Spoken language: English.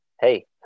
hey